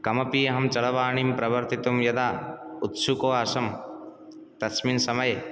कमपि अहं चलवानीं प्रवर्तितुं यदा उत्सुको आसम् तस्मिन् समये